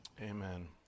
Amen